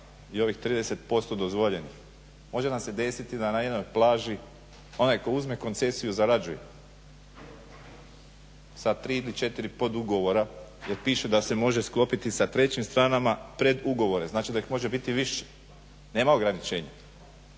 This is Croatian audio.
i ovih 30% dozvoljenih. Može nam se desiti da na jednoj plaži onaj tko uzme koncesiju zarađuje sa 3 ili 4 podugovora, jer piše da se može sklopiti sa trećim stranama predugovore. Znači da ih može biti više, nema ograničenja,